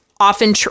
often